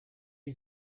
you